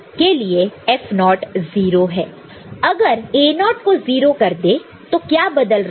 तो अगर A0 को 0 कर दे तो क्या बदल रहा है